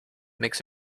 makes